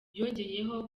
yongeyeho